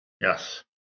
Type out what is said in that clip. Yes